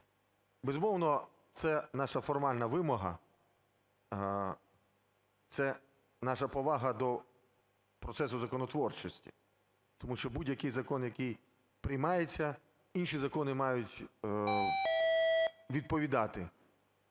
Безумовно, це наша формальна вимога, це наша повага до процесу законотворчості, тому що будь-який закон, який приймається, інші закони мають відповідати